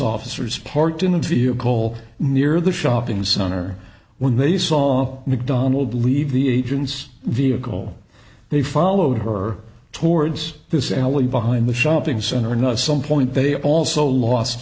officers parked in a vehicle near the shopping center when they saw mcdonald leave the agents vehicle they followed her towards this alley behind the shopping center not some point they also lost